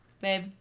babe